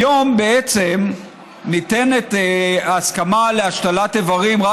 היום בעצם ניתנת ההסכמה להשתלת איברים רק